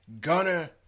gunner